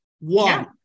One